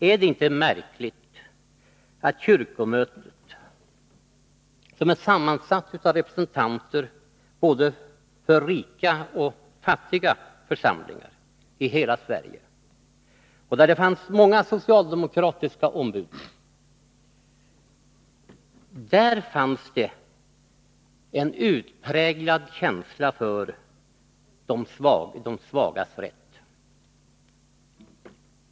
Nog är det märkligt att i kyrkomötet, som är sammansatt av representanter för både rika och fattiga församlingar i hela Sverige och där det fanns många socialdemokratiska ombud, just där fanns det en utpräglad känsla för de svagas rätt.